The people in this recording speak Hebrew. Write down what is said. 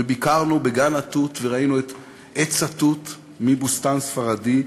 וביקרנו בגן-התות וראינו את עץ התות מ"בוסתן ספרדי",